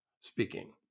speaking